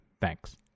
Thanks